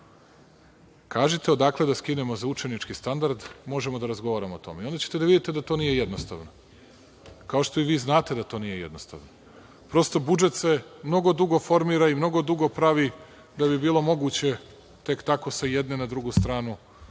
Kažite odakle da skinemo za učenički standard. Možemo da razgovaramo o tome i onda ćete da vidite da to nije jednostavno, kao što i vi znate da to nije jednostavno. Prosto, budžet se mnogo dugo formira i mnogo dugo pravi da bi bilo moguće tek tako sa jedne na drugu stranu